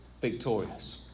Victorious